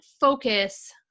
focus